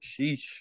sheesh